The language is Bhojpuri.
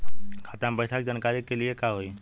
खाता मे पैसा के जानकारी के लिए का होई?